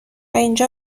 اینجا